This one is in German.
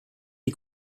die